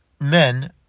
men